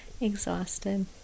Exhausted